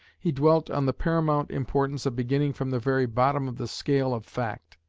he dwelt on the paramount importance of beginning from the very bottom of the scale of fact,